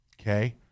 Okay